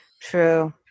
True